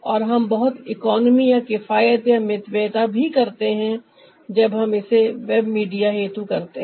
और हम बहुत इकॉनमी या किफायत या मितव्ययता भी करते है जब हम इसे वेब मीडिया हेतु करते हैं